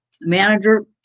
manager